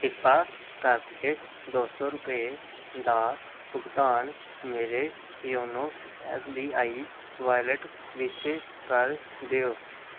ਕਿਰਪਾ ਕਰਕੇ ਦੋ ਸੌ ਰੁਪਏ ਦਾ ਭੁਗਤਾਨ ਮੇਰੇ YONO S B I wallet ਵਿੱਚ ਕਰ ਦਿਓ